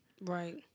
Right